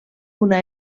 una